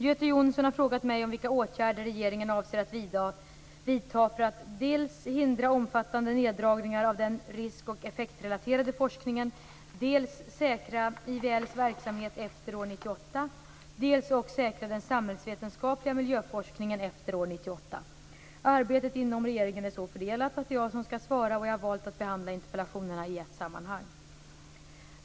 Göte Jonsson har frågat mig vilka åtgärder regeringen avser att vidta för att dels hindra omfattande neddragningar av den risk och effektrelaterade forskningen, dels säkra Institutet för vatten och luftvårdsforsknings verksamhet efter år 1998, dels också säkra den samhällsvetenskapliga miljöforskningen efter år 1998. Arbetet inom regeringen är så fördelat att det är jag som skall svara, och jag har valt att behandla interpellationerna i ett sammanhang.